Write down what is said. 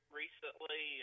recently